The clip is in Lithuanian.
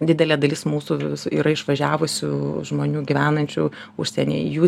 didelė dalis mūsų yra išvažiavusių žmonių gyvenančių užsienyje jų